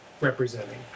representing